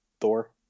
Thor